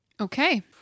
Okay